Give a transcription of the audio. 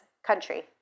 country